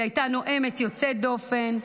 היא הייתה נואמת יוצאת דופן,